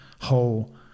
whole